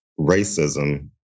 racism